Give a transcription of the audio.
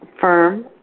firm